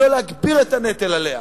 אם לא להגביר את הנטל עליה?